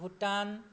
Bhutan